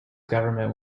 government